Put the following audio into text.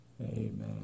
Amen